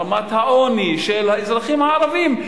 רמת העוני של האזרחים הערבים,